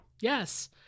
Yes